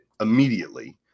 immediately